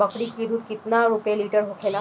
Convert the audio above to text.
बकड़ी के दूध केतना रुपया लीटर होखेला?